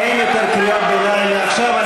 אין יותר קריאות ביניים מעכשיו.